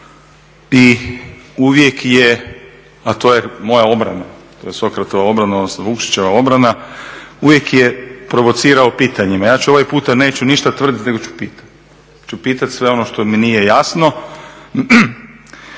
i uvijek je a to je moja obrana, to je Sokratova obrana odnosno Vukšićeva obrana, uvijek je provocirao pitanjima. Ja ovaj puta neću ništa tvrditi nego ću pitati sve ono što mi nije jasno.